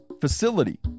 facility